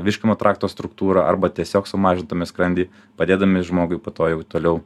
virškinimo trakto struktūrą arba tiesiog sumažindami skrandį padėdami žmogui po to jau toliau